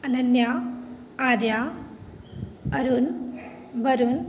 Ananya Arya Arun Varun